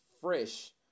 fresh